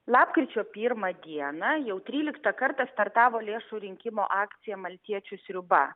lapkričio pirmą dieną jau tryliktą kartą startavo lėšų rinkimo akcija maltiečių sriuba